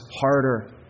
harder